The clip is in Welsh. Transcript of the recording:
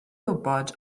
wybod